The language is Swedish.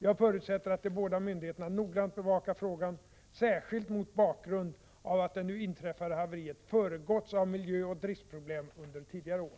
Jag förutsätter att de båda myndigheterna noggrant bevakar frågan, särskilt mot bakgrund av att det nu inträffade haveriet föregåtts av miljöoch driftsproblem under tidigare år.